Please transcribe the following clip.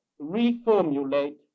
reformulate